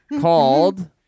called